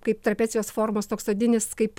kaip trapecijos formos toks odinis kaip